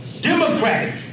Democratic